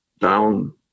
down